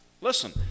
Listen